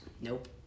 Nope